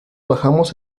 bajamos